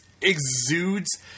exudes